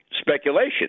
speculation